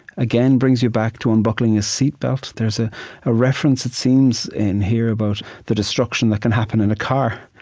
again, brings you back to unbuckling a seatbelt. there's ah a reference, it seems, in here about the destruction that can happen in a car.